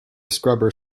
scrubber